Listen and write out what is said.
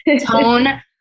tone